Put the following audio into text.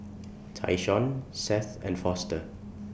Tyshawn Seth and Foster